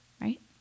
right